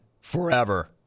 forever